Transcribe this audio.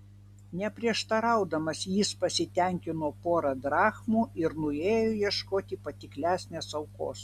neprieštaraudamas jis pasitenkino pora drachmų ir nuėjo ieškoti patiklesnės aukos